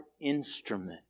instrument